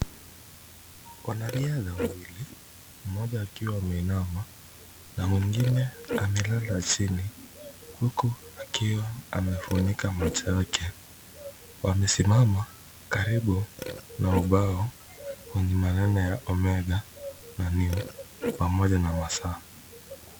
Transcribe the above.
Wanariadha wawili mmoja akiwa ameinama na mwingine amelala chini, huku akiwa amefunika macho yake, wamesimama karibu na ubao wenye maneno ya Omega na New pamoja na masaa.